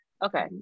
okay